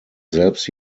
selbst